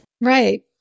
Right